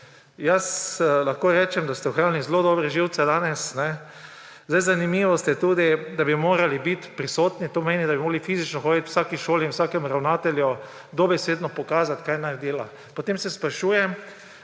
Jaz lahko rečem, da ste ohranili zelo dobre živce danes. Zanimivost je tudi, da bi morali biti prisotni, to pomeni, da bi morali fizično hoditi vsaki šoli in vsakemu ravnatelju dobesedno pokazati, kaj naj dela. Potem se sprašujem,